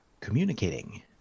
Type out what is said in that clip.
communicating